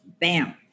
bam